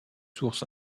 sources